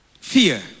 Fear